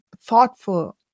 thoughtful